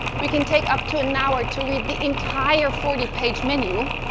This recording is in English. we can take up to an hour to read the entire forty page menu,